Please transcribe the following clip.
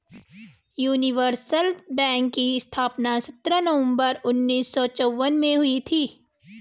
universal bank की स्थापना सत्रह नवंबर उन्नीस सौ चौवन में हुई थी